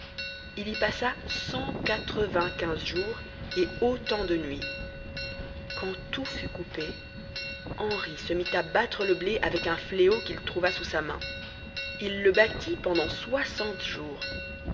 il y passa cent quatre-vingt-quinze jours et autant de nuits illustration la rivière était si large qu'il vola pendant vingt et un jours quand tout fut coupé henri se mit à battre le blé avec un fléau qu'il trouva sous sa main il le battit pendant soixante jours